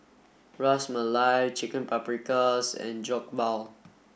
Ras Malai Chicken Paprikas and Jokbal